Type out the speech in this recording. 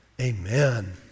Amen